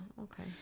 okay